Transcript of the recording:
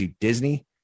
Disney